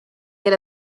get